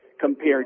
compared